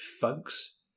folks